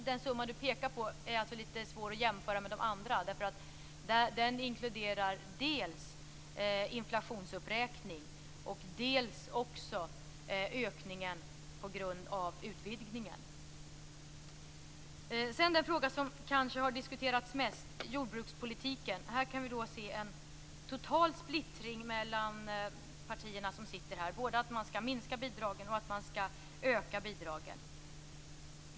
Den summa hon pekar på är lite svår att jämföra med de andra, eftersom den inkluderar dels inflationsuppräkning, dels ökningen på grund av utvidgningen. Den fråga som kanske har diskuterats mest är jordbrukspolitiken. Vi kan se en total splittring mellan de partier som finns här, som både vill att man skall minska bidragen och att man skall öka dem.